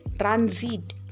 transit